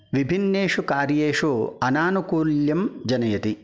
विभिन्नेषु कार्येषु अनानुकूल्यं जनयति